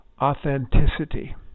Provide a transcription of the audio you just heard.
authenticity